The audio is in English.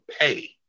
pay